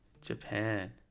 Japan